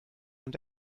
und